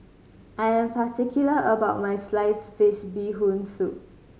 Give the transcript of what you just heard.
I am particular about my sliced fish Bee Hoon Soup